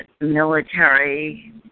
Military